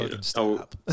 Stop